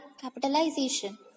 capitalization